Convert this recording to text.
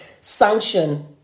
sanction